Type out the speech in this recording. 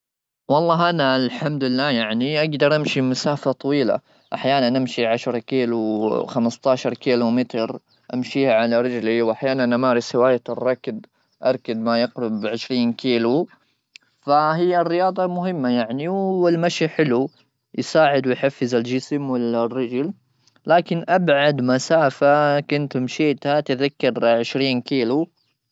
والله انا الحمد لله يعني اقدر امشي مسافه طويله ,احيانا امشي عشره كيلو, خمستاشر كيلو متر امشيها على رجلي, واحيانا امارس هوايه الركض اركض ما يقرب عشرين كيلو فهي الرياضه مهمه يعني والمشي حلو يساعد ويحفز الجسم ولا الرجل لكن ابعد مسافه كنت مشيت اتذكر عشرين كيلو.